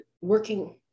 working